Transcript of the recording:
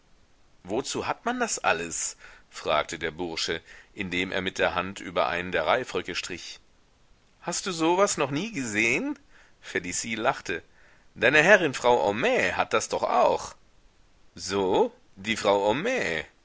wozu hat man das alles fragte der bursche indem er mit der hand über einen der reifröcke strich hast du sowas noch niegesehen felicie lachte deine herrin frau homais hat das doch auch so die frau homais